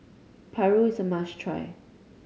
paru is a must try